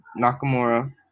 Nakamura